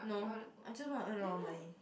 no I just want to earn a lot of money